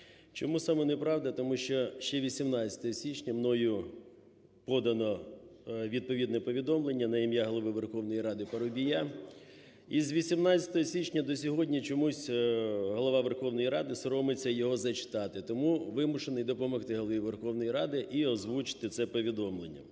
Чому саме неправда, тому що ще 18 січня мною подано відповідне повідомлення на ім'я Голови Верховної Ради Парубія. Із 18 січня до сьогодні чомусь Голова Верховної Ради соромиться його зачитати, тому вимушений допомогти Голові Верховної Ради і озвучити це повідомлення.